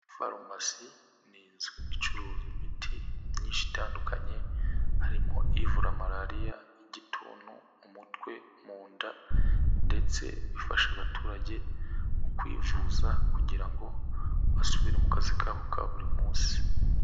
Farumasi nin inzu icuruza imiti myinshi itandukanye, harimo ivura malariya, igituntu, umutwe, mu nda, ndetse ifasha abaturage mu kwivuza kugira ngo basubire mu kazi kabo ka buri munsi.